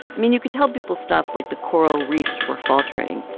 i mean, you could tell people stuff like the coral reefs were faltering,